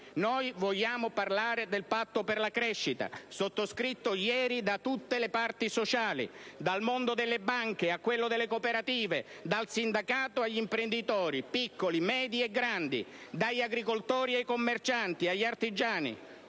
noi vogliamo parlare del patto per la crescita, sottoscritto ieri da tutte le parti sociali, dal mondo delle banche a quello delle cooperative, dal sindacato agli imprenditori piccoli, medi e grandi, dagli agricoltori ai commercianti, agli artigiani.